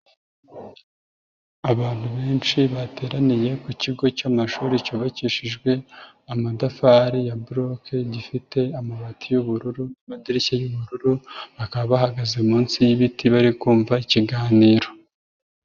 Abantu benshi bateraniye ku kigo cy'amashuri cyubakishijwe amatafari ya buroke gifite amabati y'ubururu, amadirishya y'ubururu, bakaba bahagaze munsi y'ibiti bari kumva ikiganiro.